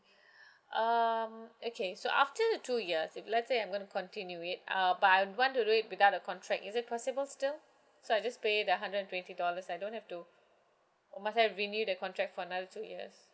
um okay so after the two years if let's say I'm gonna continue it uh but I want to do it without a contract is it possible still so I just pay the hundred and twenty dollars I don't have to or must have been me with the contract for another two years